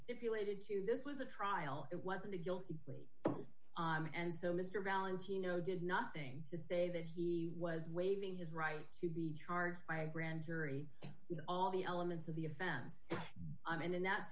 simulated to this was a trial it wasn't a guilty plea and so mr valentino did nothing to say that he was waiving his right to be charged by a grand jury all the elements of the offense and in that